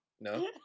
No